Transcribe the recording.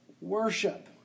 worship